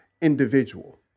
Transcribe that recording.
individual